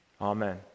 Amen